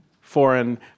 foreign